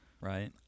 Right